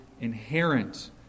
inherent